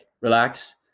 relax